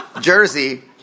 jersey